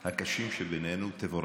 הקשים שבינינו, תבורך.